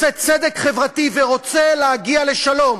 רוצה צדק חברתי ורוצה להגיע לשלום.